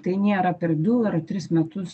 tai nėra per du ar tris metus